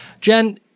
Jen